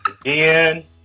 again